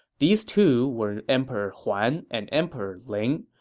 these two were emperor huan and emperor ling,